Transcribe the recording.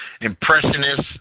impressionist